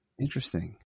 Interesting